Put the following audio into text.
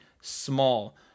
small